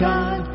God